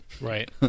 right